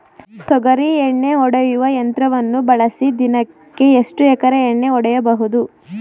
ತೊಗರಿ ಎಣ್ಣೆ ಹೊಡೆಯುವ ಯಂತ್ರವನ್ನು ಬಳಸಿ ದಿನಕ್ಕೆ ಎಷ್ಟು ಎಕರೆ ಎಣ್ಣೆ ಹೊಡೆಯಬಹುದು?